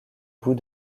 bout